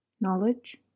Knowledge